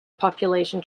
population